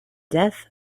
death